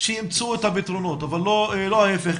שימצאו את הפתרונות, אבל לא ההפך.